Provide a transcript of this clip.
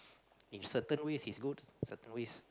in certain ways is good certain ways